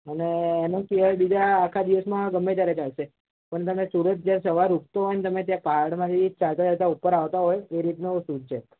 અને એનાં સિવાય બીજા આખા દિવસમાં ગમે ત્યારે ચાલશે પણ તમે સૂરજ જ્યાં સવારે ઊગતો હોય અને તમે ત્યારે પહાડમાંથી ચાલતા ચાલતા ઉપર આવતા હોય એ રીતનો શૂટ છે